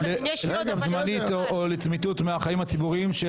זמנית או לצמיתות מהחיים הציבוריים של